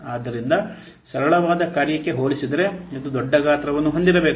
ಆದ್ದರಿಂದ ಸರಳವಾದ ಕಾರ್ಯಕ್ಕೆ ಹೋಲಿಸಿದರೆ ಇದು ದೊಡ್ಡ ಗಾತ್ರವನ್ನು ಹೊಂದಿರಬೇಕು